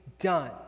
done